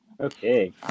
Okay